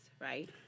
right